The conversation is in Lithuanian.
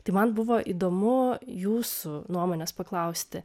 tai man buvo įdomu jūsų nuomonės paklausti